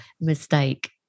mistake